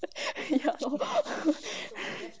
ya lor